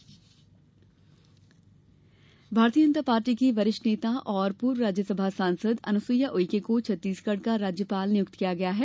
राज्यपाल नियुक्ति भारतीय जनता पार्टी की वरिष्ठ नेता एवं पूर्व राज्यसभा सांसद अनुसूइया उइके को छत्तीसगढ़ का राज्यपाल नियुक्त किया गया है